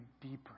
deeper